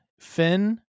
Finn